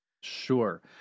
Sure